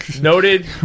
noted